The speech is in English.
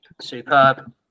superb